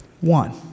One